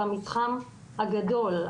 במתחם הגדול,